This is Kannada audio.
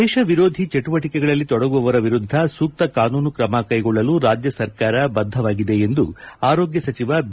ದೇಶ ವಿರೋಧಿ ಚಟುವಟಿಕೆಗಳಲ್ಲಿ ತೊಡಗುವವರ ವಿರುದ್ಧ ಸೂಕ್ತ ಕಾನೂನು ಕ್ರಮ ಕೈಗೊಳ್ಳಲು ರಾಜ್ಯ ಸರ್ಕಾರ ಬದ್ಧ ಎಂದು ಆರೋಗ್ಯ ಸಚಿವ ಬಿ